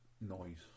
noise